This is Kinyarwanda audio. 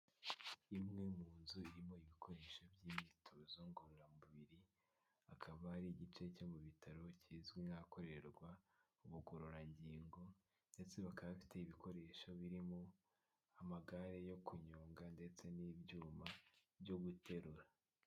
Imwe mu nzu irimo ibikoresho by'imyitozo ngororamubiri, akaba ari igice cyo mu bitaro kizwi nk'ahakorerwa ubugororangingo, ndetse bakaba bafite ibikoresho birimo amagare yo kunyonga ndetse n'ibyuma byo guterura.